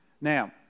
Now